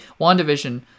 WandaVision